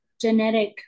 genetic